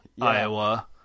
Iowa